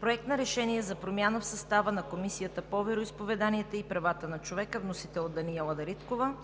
Проект на решение за промяна в състава на Комисията по вероизповеданията и правата на човека. Вносител е Даниела Дариткова.